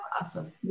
awesome